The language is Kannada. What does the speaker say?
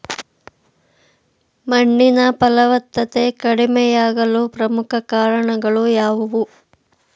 ಮಣ್ಣಿನ ಫಲವತ್ತತೆ ಕಡಿಮೆಯಾಗಲು ಪ್ರಮುಖ ಕಾರಣಗಳು ಯಾವುವು?